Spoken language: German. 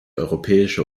europäische